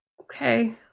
Okay